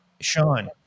Sean